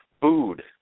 food